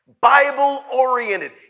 Bible-oriented